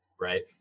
right